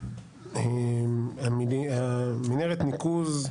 מנהרת ניקוז,